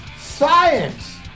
Science